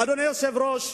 אדוני היושב-ראש,